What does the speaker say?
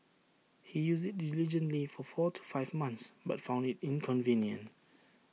he used IT diligently for four to five months but found IT inconvenient